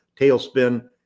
tailspin